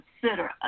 consider